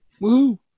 Woo